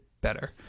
better